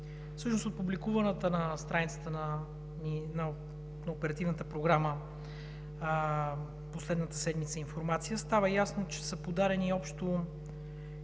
от публикуваната на страницата на Оперативната програма последната седмица информация, става ясно, че от общо